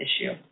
issue